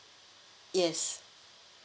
yes